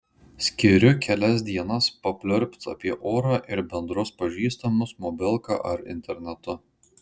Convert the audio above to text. skiriu kelias dienas papliurpt apie orą ir bendrus pažįstamus mobilka ar internetu